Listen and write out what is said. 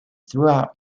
throughout